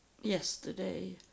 yesterday